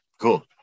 cool